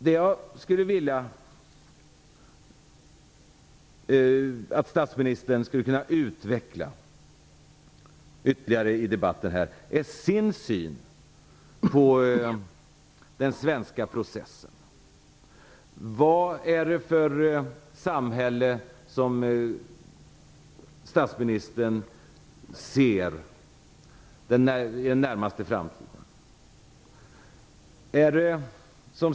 Det jag skulle vilja är att statsministern utvecklade ytterligare sin syn på den svenska processen. Vad är det för samhälle som statsministern ser i den närmaste framtiden?